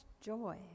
joy